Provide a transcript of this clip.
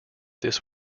this